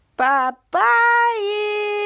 Bye-bye